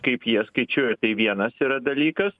kaip jie skaičiuoja tai vienas yra dalykas